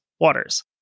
waters